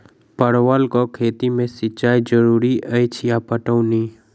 परवल केँ खेती मे सिंचाई जरूरी अछि या पटौनी?